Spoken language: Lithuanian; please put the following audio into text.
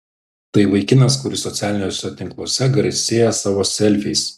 tai vaikinas kuris socialiniuose tinkluose garsėja savo selfiais